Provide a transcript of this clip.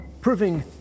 proving